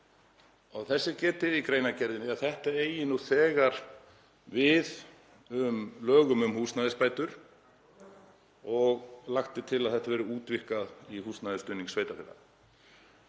Þess er getið í greinargerðinni að þetta eigi nú þegar við í lögum um húsnæðisbætur og lagt er til að þetta verði útvíkkað í húsnæðisstuðning sveitarfélaga.